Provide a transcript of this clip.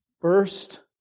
first